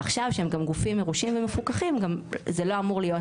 ועכשיו כשהם גם גופים מורשים ומפוקחים זה לא אמור להיות